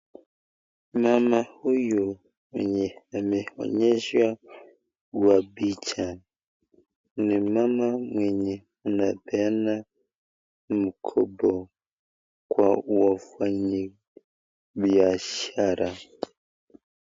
Mama huyu mwenye ameonyeshwa kwa picha ni mama mwenye anapeana mkopo kwa wafanyi biashara.